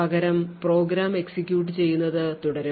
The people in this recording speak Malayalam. പകരം പ്രോഗ്രാം എക്സിക്യൂട്ട് ചെയ്യുന്നത് തുടരും